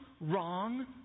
wrong